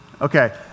Okay